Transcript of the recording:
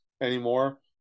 anymore